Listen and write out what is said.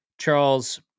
Charles